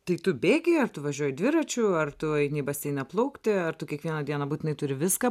tai tu bėgi ar tu važiuoji dviračiu ar tu eini baseine plaukti ar tu kiekvieną dieną būtinai turi viską